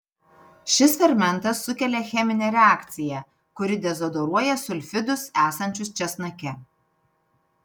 šis fermentas sukelia cheminę reakciją kuri dezodoruoja sulfidus esančius česnake